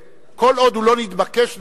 כל עוד הוא לא נתבקש להישבע,